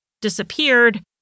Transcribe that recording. disappeared